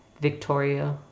Victoria